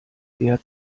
eher